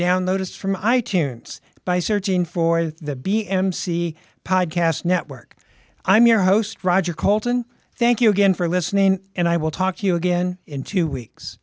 download it from i tunes by searching for the b m c podcast network i'm your host roger coulton thank you again for listening and i will talk to you again in two weeks